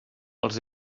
els